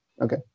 Okay